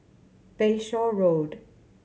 Bayshore Road